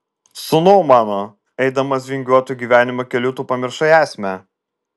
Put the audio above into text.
sūnau mano eidamas vingiuotu gyvenimo keliu tu pamiršai esmę